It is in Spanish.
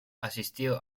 asistió